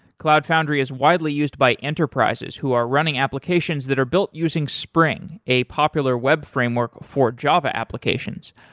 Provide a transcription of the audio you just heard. cloud foundry is widely used by enterprises who are running applications that are built using spring, a popular web framework for java applications,